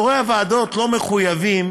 יושבי-ראש הוועדות לא מחויבים